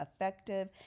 effective